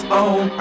on